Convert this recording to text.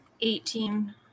Eighteen